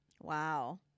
Wow